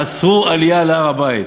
אסרו עלייה להר-הבית.